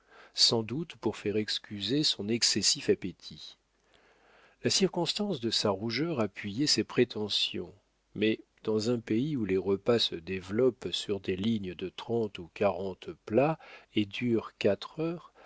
sans doute pour faire excuser son excessif appétit la circonstance de sa rougeur appuyait ses prétentions mais dans un pays où les repas se développent sur des lignes de trente ou quarante plats et durent quatre heures